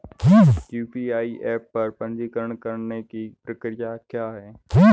UPI app पर पंजीकरण करने की प्रक्रिया क्या है?